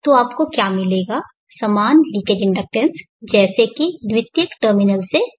तो आपको क्या मिलेगा समान लीकेज इंडक्टेंस जैसा कि द्वितीयक टर्मिनल्स देखा गया है